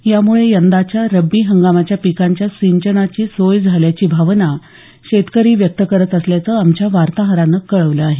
यामुळे यंदाच्या रब्बी हंगामाच्या पिकांच्या सिंचनाची सोय झाल्याची भावना शेतकरी व्यक्त करत असल्याचं आमच्या वार्ताहरानं कळवलं आहे